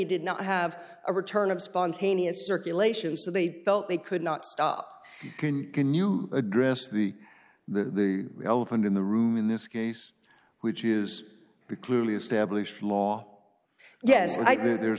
did not have a return of spontaneous circulation so they felt they could not stop can can you address the the the elephant in the room in this case which is the clearly established law yes i mean there's